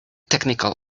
technical